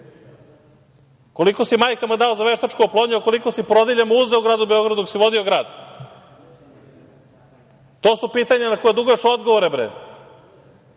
Koliko si majkama dao za veštačku oplodnju, a koliko si porodiljama uzeo u gradu Beogradu dok si vodio grad? To su pitanja na koja duguješ odgovore.